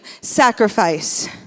sacrifice